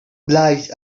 obliged